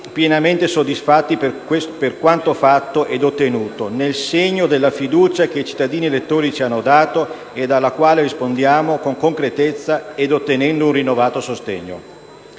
pienamente soddisfatti per quanto fatto ed ottenuto nel segno della fiducia che i cittadini-elettori ci hanno dato, a cui rispondiamo con concretezza, ottenendo un rinnovato sostegno.